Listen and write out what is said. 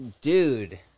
dude